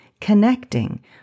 connecting